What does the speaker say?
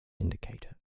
indicator